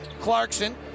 Clarkson